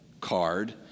card